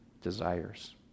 desires